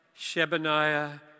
Shebaniah